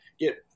Get